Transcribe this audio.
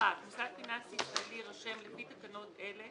מוסד פיננסי ישראלי יירשם לפי תקנות אלה